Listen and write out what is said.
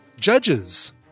Judges